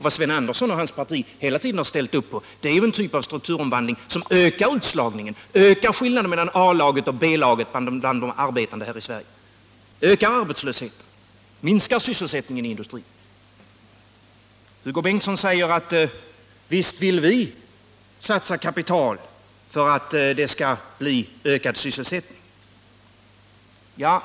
Vad Sven Andersson och hans parti hela tiden ställt upp på är en typ av strukturomvandling som ökar utslagningen och ökar skillnaden mellan A-laget och B laget bland de arbetande här i Sverige. En sådan strukturomvandling minskar Hugo Bengtsson säger att visst vill socialdemokratin satsa kapital för att det skall bli en ökad sysselsättning.